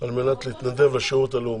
על מנת להתנדב לשירות הלאומי.